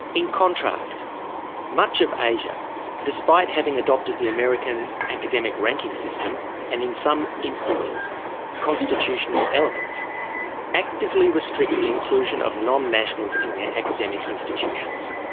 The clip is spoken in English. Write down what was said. in contrast much of asia despite having adopted the american academic ranking system and in some instances constitutional elements actively restrict the inclusion of non-nationals in their academic institutions.